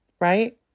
right